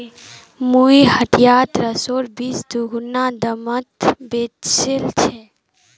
मुई हटियात सरसोर बीज दीगुना दामत बेचील छि